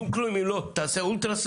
שום כלום אם לא תעשה אולטרסאונד,